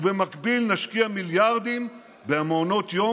ובמקביל נשקיע מיליארדים במעונות יום